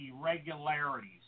irregularities